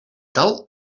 tal